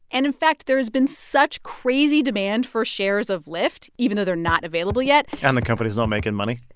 and in fact, there has been such crazy demand for shares of lyft even though they're not available yet. and the company's not making money.